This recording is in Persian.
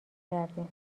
کردیم